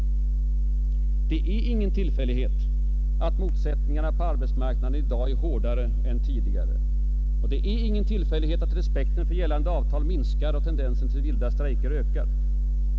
Det är ingen tillfällighet att motsättningarna på arbetsmarknaden i dag är hårdare än tidigare. Det är ingen tillfällighet att respekten för gällande avtal minskar och tendenserna till vilda strejker ökar.